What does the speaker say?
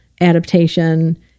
adaptation